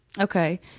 Okay